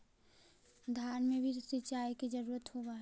धान मे भी सिंचाई के जरूरत होब्हय?